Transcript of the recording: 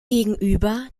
gegenüber